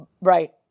Right